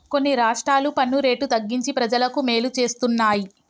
కొన్ని రాష్ట్రాలు పన్ను రేటు తగ్గించి ప్రజలకు మేలు చేస్తున్నాయి